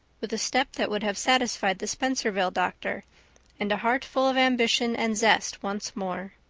with a step that would have satisfied the spencervale doctor and a heart full of ambition and zest once more.